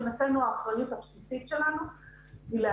מבחינת זוגיות, מבחינת רצון וכן הלאה הוא